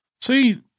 see